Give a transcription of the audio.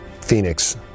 Phoenix